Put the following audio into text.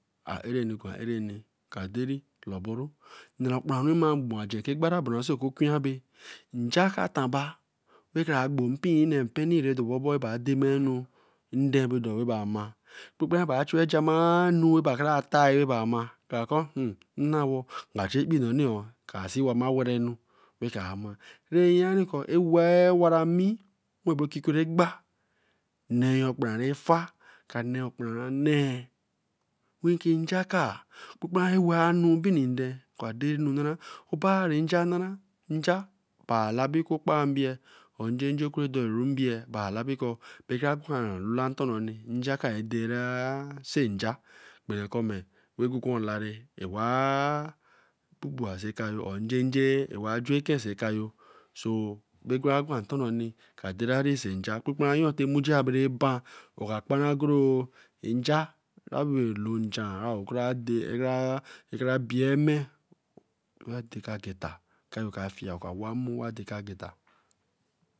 Aaruni aareni, ka deri, loboru no okparanwo mai mor so egbra bra so okiya bae njakataba ra bra gbo mpee nee peni ekpee ra bia jobo bae ba demenu nden baba ra bra ma, kra kor nna wo, kra amar ra ya ri ko weeh waah owara mi ekerogba a nee okparanwo anee, ojonjo okra doron mbia labiko barara kpan olula oni njakor ra dara senja, ta moji abera ban ekparengoro nja abe elo nja ra dae